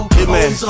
Hitman